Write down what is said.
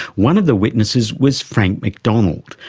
one of the witnesses was frank mcdonald,